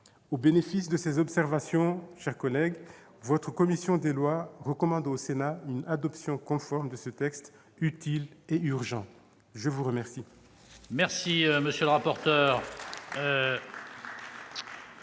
Au bénéfice de ces observations, votre commission des lois recommande au Sénat une adoption conforme de ce texte utile et urgent. Une motion